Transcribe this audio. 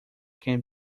can